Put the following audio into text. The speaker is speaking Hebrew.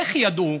איך ידעו?